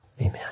Amen